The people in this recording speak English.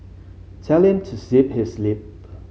tell him to zip his lip